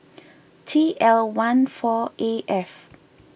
T L one four A F